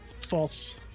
False